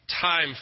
time